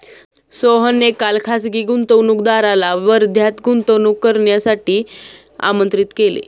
सोहनने काल खासगी गुंतवणूकदाराला वर्ध्यात गुंतवणूक करण्यासाठी आमंत्रित केले